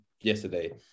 yesterday